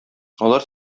алар